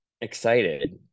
excited